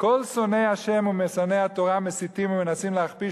כל שונאי השם ומשנאי התורה מסיתים ומנסים להכפיש